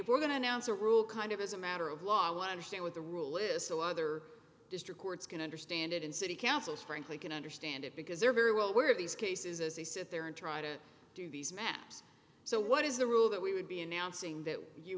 if we're going to announce a rule kind of as a matter of law understand what the rule is the law their district courts can understand it in city councils frankly can understand it because they're very well aware of these cases as they sit there and try to do these maps so what is the rule that we would be announcing that you